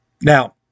Now